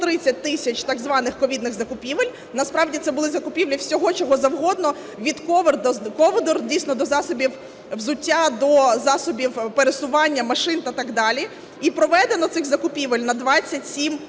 130 тисяч так званих ковідний закупівель, насправді це були закупівлі всього чого завгодно, від ковдр, дійсно, до засобів взуття, до засобів пересування, машин та так далі. І проведено цих закупівель на 27